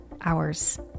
hours